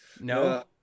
no